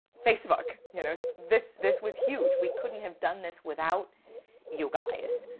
facebook, you know, this this was huge. we couldn't have done this without you guys.